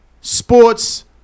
Sports